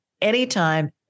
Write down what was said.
anytime